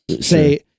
say